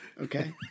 Okay